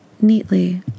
neatly